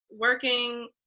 working